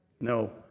No